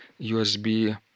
USB